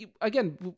again